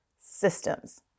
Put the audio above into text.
systems